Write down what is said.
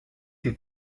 die